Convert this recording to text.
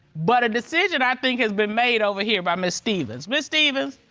but a decision, i think, has been made over here by miss stephens. miss stephens.